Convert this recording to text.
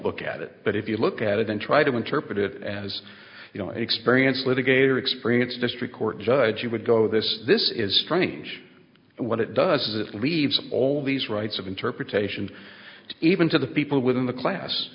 look at it but if you look at it and try to interpret it as experience litigator experience district court judge you would go this this is strange what it does is it leaves all these rights of interpretation even to the people within the class